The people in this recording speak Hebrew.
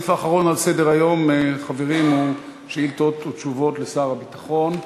הסעיף האחרון על סדר-היום הוא שאילתות ותשובות לשר הביטחון.